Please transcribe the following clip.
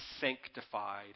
sanctified